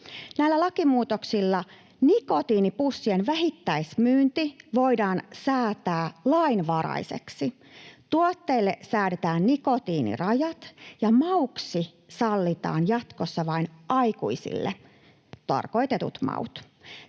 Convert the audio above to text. Tällä lakimuutoksella nikotiinipussien vähittäismyynti voidaan säätää lainvaraiseksi, tuotteille säädetään nikotiinirajat ja mauiksi sallitaan jatkossa vain aikuisille tarkoitetut maut.